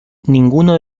ninguno